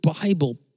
Bible